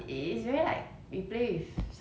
it's the